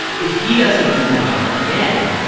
if he doesn't do well again,